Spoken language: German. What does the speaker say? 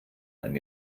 einem